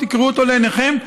תקראו אותו בעיניכם,